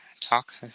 talk